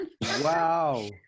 wow